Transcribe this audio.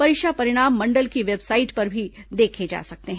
परीक्षा परिणाम मंडल की वेबसाइट पर भी देखे जा सकते हैं